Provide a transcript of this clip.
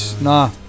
Nah